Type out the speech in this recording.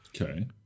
Okay